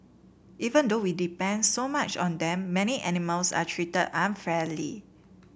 even though we depend so much on them many animals are treated unfairly